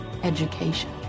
education